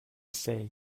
say